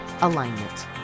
alignment